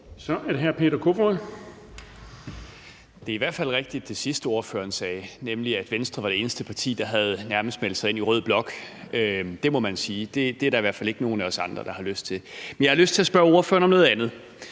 ordføreren sagde, er i hvert fald rigtigt, nemlig at Venstre var det eneste parti, der nærmest har meldt sig ind i rød blok. Det må man sige; det er der i hvert fald ikke nogen af os andre der har lyst til. Men jeg har lyst til at spørge ordføreren om noget andet.